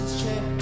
check